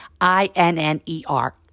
I-N-N-E-R